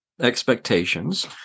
expectations